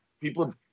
people